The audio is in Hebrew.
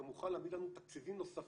הוא גם מוכן להביא לנו תקציבים נוספים